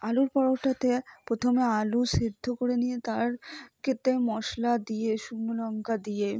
আলুর পরোঠাতে প্রথমে আলু সেদ্ধ করে নিয়ে তার খেতে মশলা দিয়ে শুকনো লঙ্কা দিয়ে